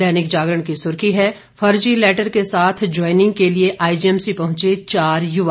दैनिक जागरण की सुर्खी है फर्जी लैटर के साथ ज्वाइनिंग के लिए आईजीएमसी पहुंचे चार युवा